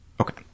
okay